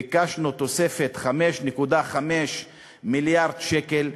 ביקשנו תוספת 5.5 מיליארד שקל,